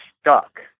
stuck